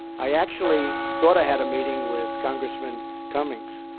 i actually thought i had a meeting with congressman cummings,